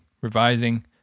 revising